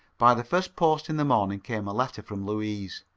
by the first post in the morning came a letter from louise.